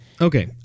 Okay